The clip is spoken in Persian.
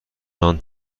نان